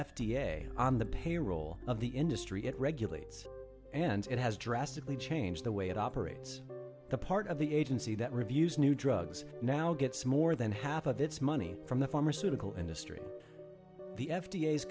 a on the payroll of the industry it regulates and it has drastically changed the way it operates the part of the agency that reviews new drugs now gets more than half of its money from the pharmaceutical industry the f